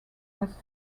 was